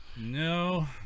No